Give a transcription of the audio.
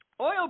oil